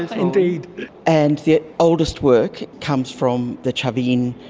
and the and the oldest work comes from the chavin.